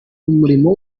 umurimo